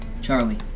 Charlie